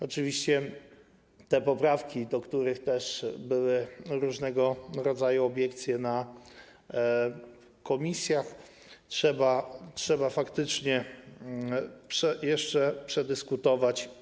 Oczywiście te poprawki, do których też były różnego rodzaju obiekcje na posiedzeniach komisji, trzeba faktycznie jeszcze przedyskutować.